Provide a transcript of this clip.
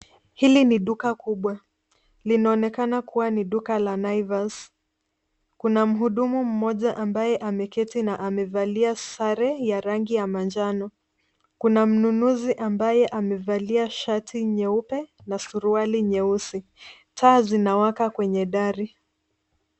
Hili ni duka kubwa. Linaonekana kuwa ni duka la Naivas. Kuna mhudumu moja ambaye ameketi na amevalia sare ya rangi ya manjano. Kuna mnunuzi ambaye amevalia shati nyeupe na suruali nyeusi. Taa zinawaka kwenye dari.